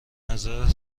نظر